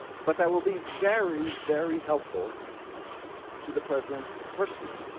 but that will be very very helpful to the president personally.